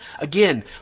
again